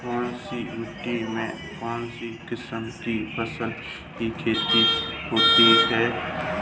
कौनसी मिट्टी में कौनसी किस्म की फसल की खेती होती है?